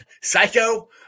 Psycho